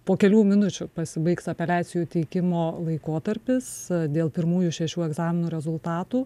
po kelių minučių pasibaigs apeliacijų teikimo laikotarpis dėl pirmųjų šešių egzaminų rezultatų